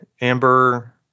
Amber